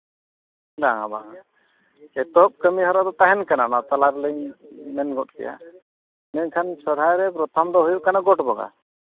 ᱫᱟᱬᱟ ᱵᱟᱲᱟᱭᱟ ᱱᱤᱛᱚᱜ ᱠᱟᱹᱢᱤᱦᱚᱨᱟ ᱫᱚ ᱛᱟᱦᱮᱱ ᱠᱟᱱᱟ ᱚᱱᱟ ᱛᱟᱞᱟ ᱨᱮᱞᱤᱧ ᱢᱮᱱ ᱜᱚᱫ ᱠᱫᱜᱼᱟ ᱢᱮᱱᱠᱷᱟᱱ ᱥᱚᱦᱨᱟᱭ ᱨᱮ ᱯᱨᱚᱛᱷᱚᱢ ᱫᱚ ᱦᱩᱭᱩᱜ ᱠᱟᱱᱟ ᱜᱚᱴ ᱵᱚᱸᱜᱟ